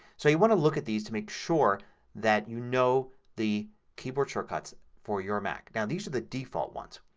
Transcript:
so you want to look at these to make sure that you know the keyboard shortcuts for your mac. now these are the default ones.